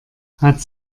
hat